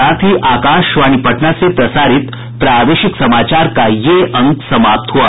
इसके साथ ही आकाशवाणी पटना से प्रसारित प्रादेशिक समाचार का ये अंक समाप्त हुआ